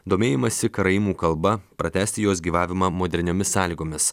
domėjimąsi karaimų kalba pratęsti jos gyvavimą moderniomis sąlygomis